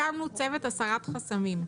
הקמנו צוות הסרת חסמים.